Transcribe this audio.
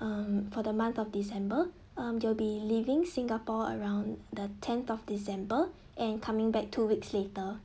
um for the month of december um you'll be leaving singapore around the tenth of december and coming back two weeks later